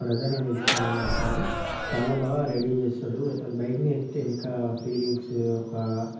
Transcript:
brother అని పిలుస్తా నేను అతన్ని చాలా బాగా రైడింగ్ చేస్తాడు అతన్ని బైక్ను ఎక్కితే ఇంకా ఫీలింగ్స్ ఒక